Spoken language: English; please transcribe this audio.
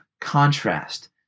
contrast